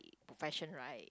profession right